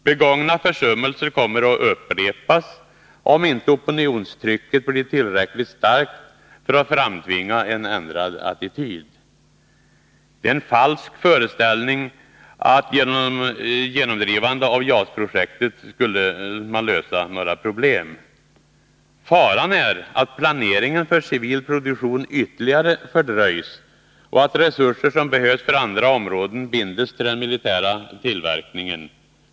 Begångna försummelser kommer att upprepas, om inte opinionstrycket blir tillräckligt starkt för att framtvinga en ändrad attityd. Det är en falsk föreställning att ett genomdrivande av JAS-projektet skalllösa problemen. Faran är att planeringen för civil produktion ytterligare fördröjs och att resurser som behövs för andra områden binds till den militära tillverkningen.